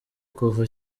kuva